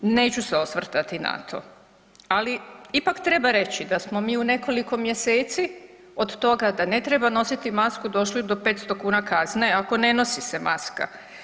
Neću se osvrtati na to, ali ipak treba reći da smo mi u nekoliko mjeseci od toga da ne treba nositi masku došli do 500 kn kazne ako ne nosi se maska.